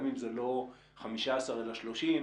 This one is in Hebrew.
גם אם זה לא 15 אלא 30,